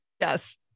yes